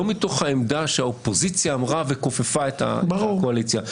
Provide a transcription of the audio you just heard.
לא מתוך העמדה שהאופוזיציה אמרה וכופפה את הקואליציה.